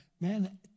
Man